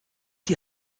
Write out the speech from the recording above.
die